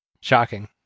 Shocking